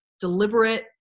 deliberate